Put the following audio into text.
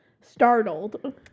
startled